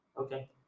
Okay